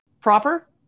proper